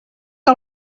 que